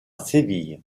séville